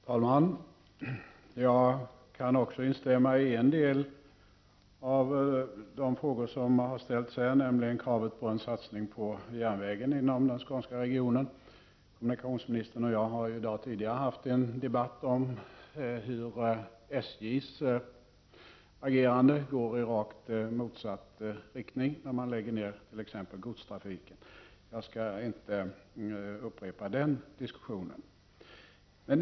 Herr talman! Också jag kan instämma i en del av de frågor som har ställts här, nämligen kravet på en satsning på järnvägen i den skånska regionen. Kommunikationsministern och jag har tidigare i dag haft en debatt om hur SJ:s agerande går i rakt motsatt riktning, när man exempelvis lägger ned godstrafiken. Jag skall inte upprepa den diskussionen.